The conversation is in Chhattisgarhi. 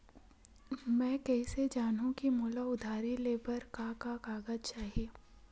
मैं कइसे जानहुँ कि मोला उधारी ले बर का का कागज चाही?